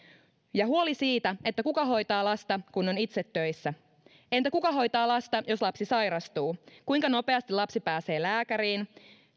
ja huoli siitä kuka hoitaa lasta kun on itse töissä entä kuka hoitaa lasta jos lapsi sairastuu kuinka nopeasti lapsi pääsee lääkäriin